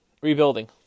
rebuilding